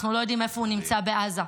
אנחנו לא יודעים איפה הוא נמצא בעזה.